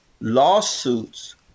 lawsuits